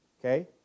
Okay